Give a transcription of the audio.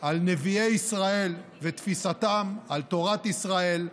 על נביאי ישראל ותפיסתם, על תורת ישראל,